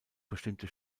bestimmte